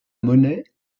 monnaie